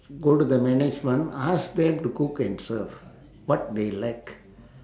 go to the management ask them to cook and serve what they like